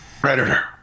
Predator